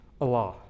Allah